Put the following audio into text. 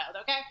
Okay